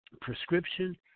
prescription